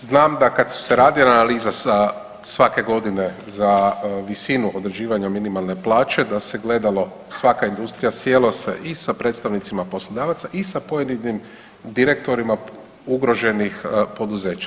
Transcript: Znam da kad se radi analiza svake godine za visinu određivanja minimalne plaće da se gledalo, svaka industrija sjelo se i sa predstavnicima poslodavaca i sa pojedinim direktorima ugroženih poduzeća.